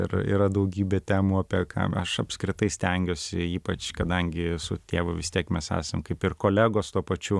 ir yra daugybė temų apie ką aš apskritai stengiuosi ypač kadangi su tėvu vis tiek mes esam kaip ir kolegos tuo pačiu